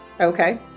Okay